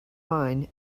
mine